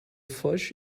flesh